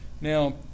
Now